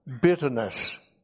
Bitterness